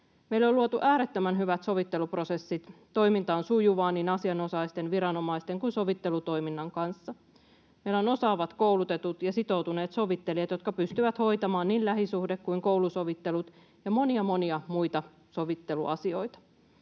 Meille on luotu äärettömän hyvät sovitteluprosessit. Toiminta on sujuvaa niin asianosaisten, viranomaisten kuin sovittelutoiminnan kanssa. Meillä on osaavat, koulutetut ja sitoutuneet sovittelijat, jotka pystyvät hoitamaan niin lähisuhde- kuin koulusovittelut ja monia, monia muita sovitteluasioita.